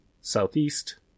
southeast